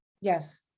yes